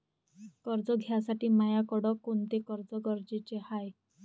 कर्ज घ्यासाठी मायाकडं कोंते कागद गरजेचे हाय?